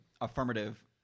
Affirmative